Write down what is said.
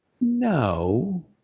no